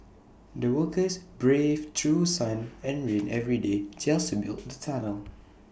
the workers braved through sun and rain every day just to build the tunnel